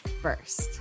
first